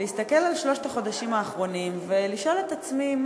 להסתכל על שלושת החודשים האחרונים ולשאול את עצמי,